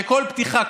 כשכל פתיחה,